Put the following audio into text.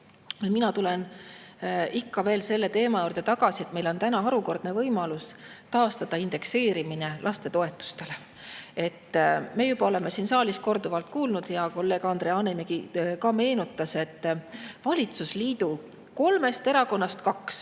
Mina tulen ikka veel selle teema juurde tagasi, et meil on täna harukordne võimalus taastada indekseerimine lastetoetustele. Me juba oleme siin saalis korduvalt kuulnud ja hea kolleeg Andre Hanimägi ka meenutas, et valitsusliidu kolmest erakonnast kaks,